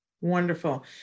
Wonderful